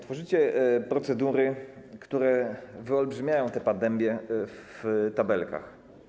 Tworzycie procedury, które wyolbrzymiają tę pandemię w tabelkach.